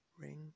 ring